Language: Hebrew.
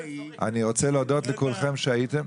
אותו אני שם בסימן שאלה.